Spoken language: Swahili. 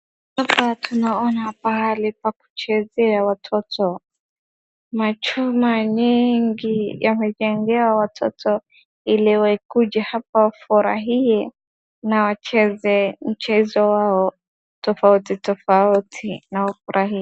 Hapa tunaona pahali pa kuchezea watoto na chuka nyingi ya kujengea watoto ili wakuje hapa wafurahie na wacheze wao tofauti tofauti na wafurahie.